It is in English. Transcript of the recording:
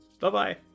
Bye-bye